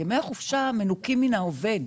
ימי החופשה מנוכים מן העובד.